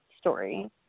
story